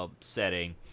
setting